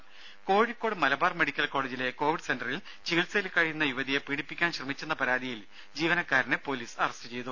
രും കോഴിക്കോട് മലബാർ മെഡിക്കൽ കോളജിലെ കോവിഡ് സെന്ററിൽ ചികിത്സയിൽ കഴിയുന്ന യുവതിയെ പീഡിപ്പിക്കാൻ ശ്രമിച്ചെന്ന പരാതിയിൽ ജീവനക്കാരനെ പൊലീസ് അറസ്റ്റ് ചെയ്തു